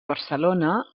barcelona